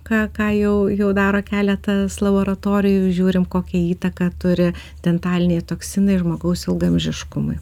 ką ką jau jau daro keletas laboratorijų žiūrim kokią įtaką turi dentaliniai toksinai žmogaus ilgaamžiškumui